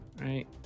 Right